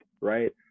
right